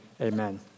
amen